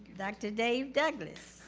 dr. dave douglas.